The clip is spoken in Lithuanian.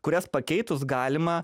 kurias pakeitus galima